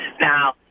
Now